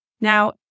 Now